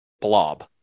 blob